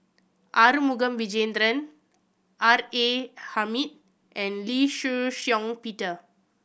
Arumugam Vijiaratnam R A Hamid and Lee Shih Shiong Peter